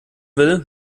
will